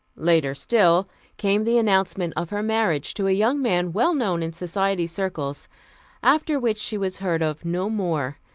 later still came the announcement of her marriage to a young man well known in society circles after which she was heard of no more,